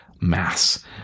mass